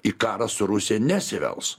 į karą su rusija nesivels